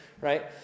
right